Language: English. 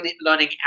learning